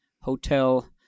Hotel